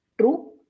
true